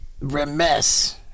remiss